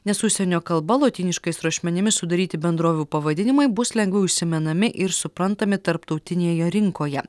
nes užsienio kalba lotyniškais rašmenimis sudaryti bendrovių pavadinimai bus lengviau įsimenami ir suprantami tarptautinėje rinkoje